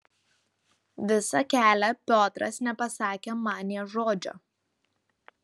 visą kelią piotras nepasakė man nė žodžio